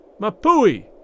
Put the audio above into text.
Mapui